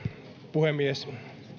puhemies